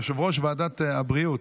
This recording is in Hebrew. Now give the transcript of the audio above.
יושב-ראש ועדת הבריאות,